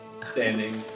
standing